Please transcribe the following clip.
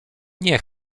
nie